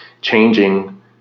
changing